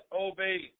obey